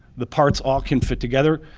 the parts all can fit together,